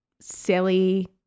silly